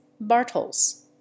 Bartels